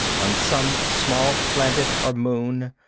on some small planet or moon,